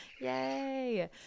Yay